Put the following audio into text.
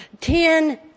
ten